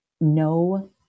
no